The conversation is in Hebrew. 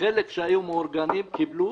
חלק שהיו מאורגנים קיבלו.